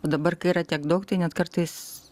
o dabar kai yra tiek daug tai net kartais